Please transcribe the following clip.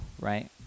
right